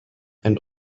and